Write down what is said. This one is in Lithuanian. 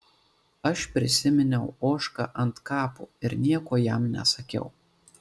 aš prisiminiau ožką ant kapo ir nieko jam nesakiau